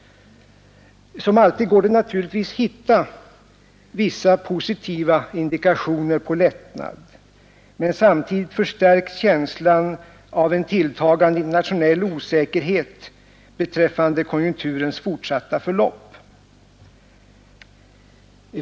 Som alltid går det naturligtvis att hitta vissa positiva indikationer på en lättnad, men samtidigt förstärks känslan av en tilltagande internationell osäkerhet beträffande konjunkturens fortsatta förlopp.